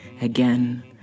Again